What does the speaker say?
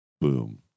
boom